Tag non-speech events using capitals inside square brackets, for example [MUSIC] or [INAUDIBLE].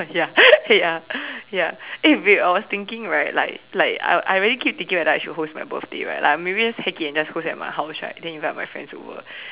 ya [LAUGHS] ya ya eh babe I was thinking right like like I really keep thinking whether I should host my birthday right like maybe I just heck it and host it at my house right then invite my friends over